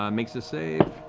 um makes his save,